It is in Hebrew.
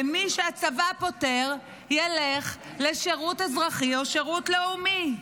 ומי שהצבא פוטר ילך לשירות אזרחי או שירות לאומי.